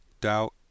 doubt